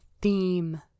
theme